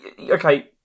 okay